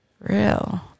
real